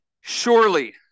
surely